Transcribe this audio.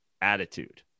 attitude